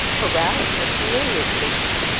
harass, and humiliate patients,